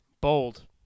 Bold